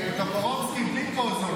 טופורובסקי, בלי פוזות.